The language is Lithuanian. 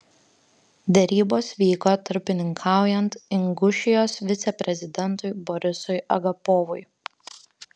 derybos vyko tarpininkaujant ingušijos viceprezidentui borisui agapovui